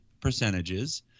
percentages